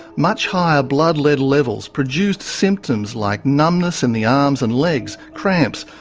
much higher blood lead levels produced symptoms like numbness in the arms and legs, cramps,